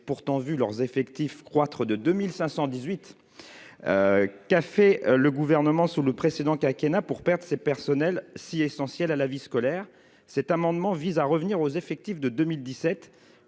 pourtant vu leurs effectifs croître de 2518 café le gouvernement sous le précédent quinquennat pour perte c'est personnels si essentiel à la vie scolaire, cet amendement vise à revenir aux effectifs de 2017,